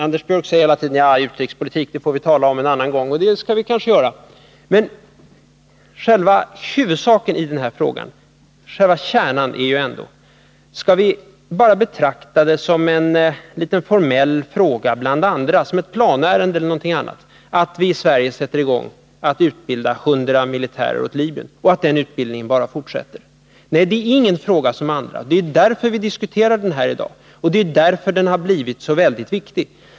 Anders Björck säger att vi får tala om utrikespolitiken en annan gång, och det skall vi kanske göra. Men själva kärnan i denna fråga är ändå om vi skall betrakta det som bara en formell fråga bland andra — t.ex. som ett planärende — att vi i Sverige sätter i gång att utbilda 100 militärer åt Libyen och att den utbildningen bara fortsätter. Det är ingen fråga som andra — det är därför vi diskuterar den här i dag, och det är därför den har blivit så viktig.